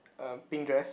um pink dress